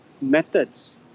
methods